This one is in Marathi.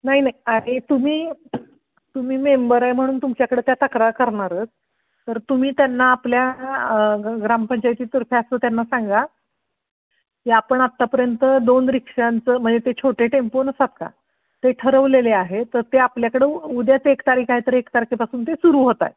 नाही नाही आणि तुम्ही तुम्ही मेंबर आहे म्हणून तुमच्याकडं त्या तक्रार करणारच तर तुम्ही त्यांना आपल्या ग्रामपंचायतीतर्फे असं त्यांना सांगा की आपण आत्तापर्यंत दोन रिक्षांचं म्हणजे ते छोटे टेम्पो नसतात का ते ठरवलेले आहे तर ते आपल्याकडं उद्याच एक तारीख आहे तर एक तारखेपासून ते सुरू होत आहे